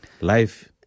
Life